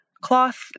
cloth